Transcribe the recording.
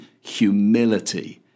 humility